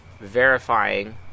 verifying